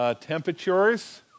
temperatures